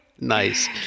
Nice